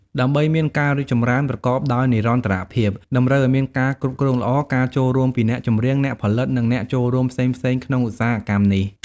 ដើម្បីមានការរីកចម្រើនប្រកបដោយនិរន្តរភាព តម្រូវឲ្យមានការគ្រប់គ្រងល្អ ការចូលរួមពីអ្នកចម្រៀង អ្នកផលិត និងអ្នកចូលរួមផ្សេងៗក្នុងឧស្សាហកម្មនេះ។